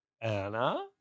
Anna